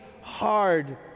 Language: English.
hard